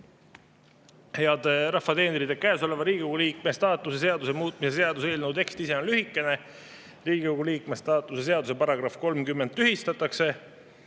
Head rahva teenrid! Käesoleva Riigikogu liikme staatuse seaduse muutmise seaduse eelnõu tekst ise on lühikene: "Riigikogu liikme staatuse seaduse § 30 tühistatakse."